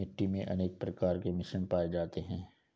मिट्टी मे अनेक प्रकार के मिश्रण पाये जाते है